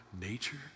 nature